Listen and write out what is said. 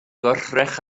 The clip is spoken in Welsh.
gwrthrych